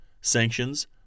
sanctions